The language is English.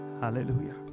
Hallelujah